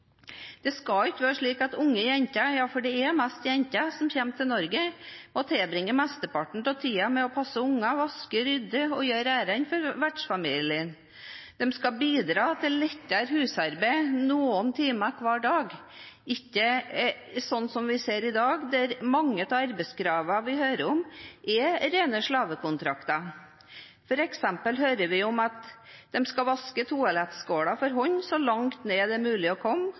Det skal ikke være slik at unge jenter – ja, det er flest jenter – som kommer til Norge, må tilbringe mesteparten av tiden med å passe barn, vaske og rydde og gjøre ærend for vertsfamilien. De skal bidra med lettere husarbeid noen timer hver dag – ikke slik som vi ser i dag, der mange av arbeidskravene vi hører om, er rene slavekontrakter. Vi hører f.eks. om at de skal vaske toalettskålen for hånd så langt ned det er mulig å komme